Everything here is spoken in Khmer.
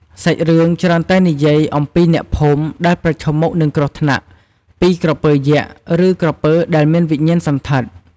សាច់រឿងច្រើនតែនិយាយអំពីអ្នកភូមិដែលប្រឈមមុខនឹងគ្រោះថ្នាក់ពីក្រពើយក្ស ឬក្រពើដែលមានវិញ្ញាណសណ្ឋិត។